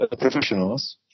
professionals